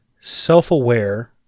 self-aware